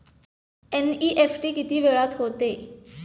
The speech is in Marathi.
एन.इ.एफ.टी किती वेळात होते?